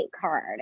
card